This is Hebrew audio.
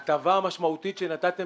יש לה משמעות תקציבית ניכרת.